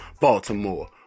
Baltimore